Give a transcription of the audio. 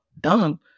done